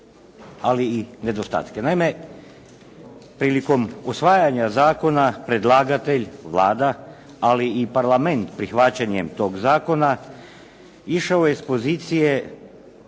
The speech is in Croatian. ali i nedostatke. Naime prilikom usvajanja zakona predlagatelj, Vlada ali i Parlament prihvaćanjem tog zakona išao je s pozicije